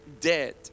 Dead